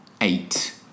eight